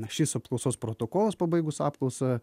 šis apklausos protokolas pabaigus apklausą